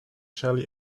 shelly